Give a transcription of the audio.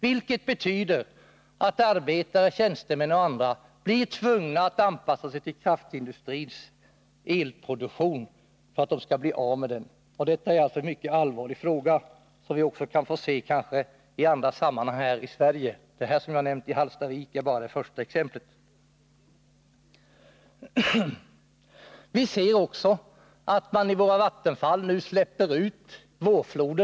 Det innebär att arbetare, tjänstemän och andra blir tvungna att anpassa sig till kraftindustrins elproduktion. Detta är en mycket allvarlig fråga. Det kan bli fler fall i Sverige — Hallstavik är bara en början. Visser också hur man nu släpper ut vårfloden i våra vattenfall. Det har man inte gjort sedan 1950-talet.